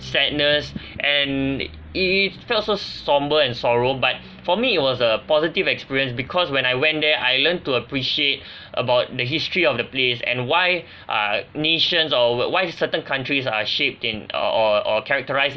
sadness and it it felt so somber and sorrow but for me it was a positive experience because when I went there I learned to appreciate about the history of the place and why uh nations or why certain countries are shaped in or or or characterised